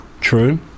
true